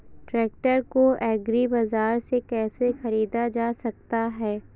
Tractor को agri बाजार से कैसे ख़रीदा जा सकता हैं?